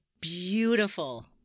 beautiful